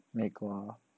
美国